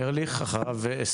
אריאל ארליך, בבקשה.